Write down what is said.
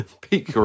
peak